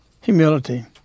humility